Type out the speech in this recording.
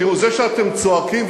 למה אתה הולך לבחירות?